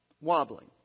Wobbling